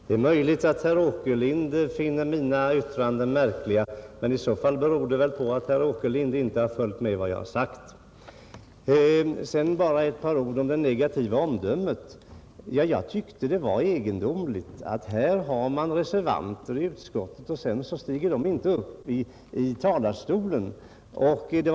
Herr talman! Det är möjligt att herr Åkerlind finner mina yttranden märkliga, men i så fall beror det väl på att herr Åkerlind inte har följt med vad jag har sagt. Sedan bara ett par ord om det negativa omdömet! Jag tyckte det var egendomligt att de som har reserverat sig i utskottet inte stiger upp i talarstolen här i kammaren.